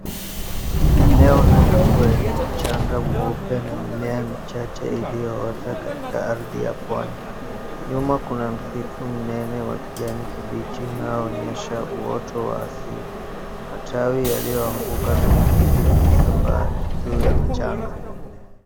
Eneo la fukwe yenye mchanga mweupe na mimea michache iliyoota katika ardhi ya pwani. Nyuma kuna msitu mnene wa kijani kibichi unaoonyesha uoto wa asili. Matawi yaliyoanguka na vijiti vimesambaa juu ya mchanga.